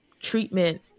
treatment